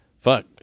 fuck